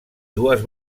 dues